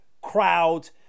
crowds